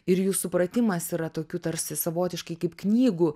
ir jų supratimas yra tokių tarsi savotiškai kaip knygų